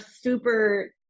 super